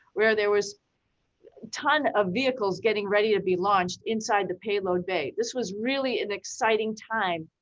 where there was ton of vehicles getting ready to be launched inside the payload bay. this was really an exciting time.